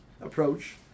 approach